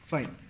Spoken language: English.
Fine